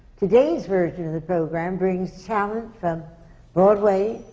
today's version of the program brings talent from broadway,